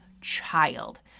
child